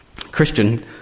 Christian